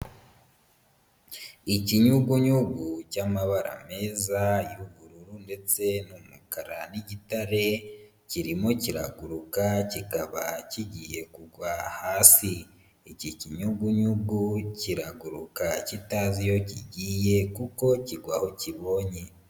Ikinyugunyugu cy'amabara meza y'ubururu ndetse n'umukara n'igitare kirimo kiraguruka kikaba kigiye kugwa hasi. Iki kinyugunyugu kiraguruka kitazi iyo kigiye kuko kigwa aho kibonye.